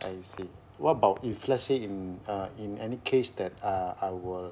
I see what about if let's say in uh in any case that uh I were